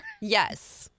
Yes